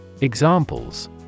Examples